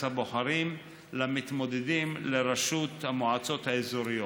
הבוחרים למתמודדים לראשות המועצות האזוריות.